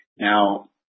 Now